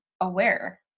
aware